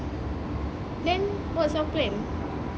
then what's your plan